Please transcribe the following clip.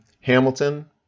Hamilton